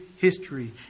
history